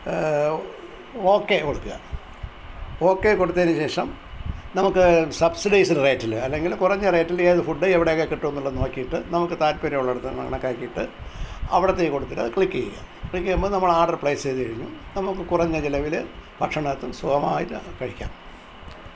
okay കൊടുക്കുക okay കൊടുത്തതിനുശേഷം നമുക്ക് സബ്സിഡൈസ്ഡ് റേറ്റിൽ അല്ലെങ്കിൽ കുറഞ്ഞ റേറ്റിൽ ഏത് ഫുഡ് എവിടെ ഒക്കെ കിട്ടും എന്നുള്ളത് നോക്കിയിട്ട് നമുക്ക് താല്പര്യം ഉള്ളിടത്ത് നിന്ന് വേണേൽ ഒക്കെ ആക്കിയിട്ട് അവിടത്തേക്ക് കൊടുത്തിട്ട് ക്ലിക്ക് ചെയ്യുക ക്ലിക്ക് ചെയ്യുമ്പം നമ്മുടെ ഓഡർ പ്ലെയ്സ് ചെയ്ത് കഴിഞ്ഞു നമുക്ക് കുറഞ്ഞ ചെലവില് ഭക്ഷണം എത്തും സുഖമായിട്ട് കഴിക്കാം